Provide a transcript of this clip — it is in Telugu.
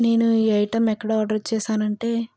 నేను ఈ ఐటెం ఎక్కడ ఆర్డర్ చేశాను అంటే